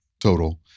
total